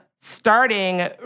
starting